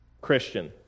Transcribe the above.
Christian